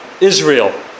Israel